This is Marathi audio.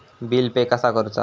बिल पे कसा करुचा?